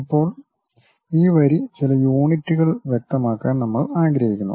ഇപ്പോൾ ഈ വരി ചില യൂണിറ്റുകൾ വ്യക്തമാക്കാൻ നമ്മൾ ആഗ്രഹിക്കുന്നു